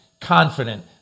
confident